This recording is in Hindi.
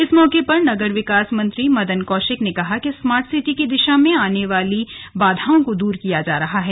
इस मौके पर नगर विकास मंत्री मदन कौशिक ने कहा कि स्मार्ट सिटी की दिशा में आने वाली बाधाओं को दूर किया जा रहा है